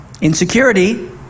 insecurity